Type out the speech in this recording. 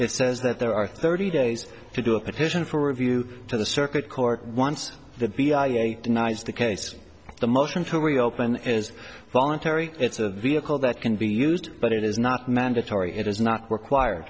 it says that there are thirty days to do a petition for review to the circuit court once the v i i denies the case the motion to reopen is voluntary it's a vehicle that can be used but it is not mandatory it is not require